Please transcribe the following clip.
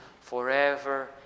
forever